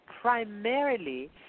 primarily